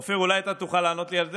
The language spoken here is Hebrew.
אופיר, אולי אתה תוכל לענות לי על זה?